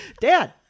Dad